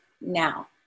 now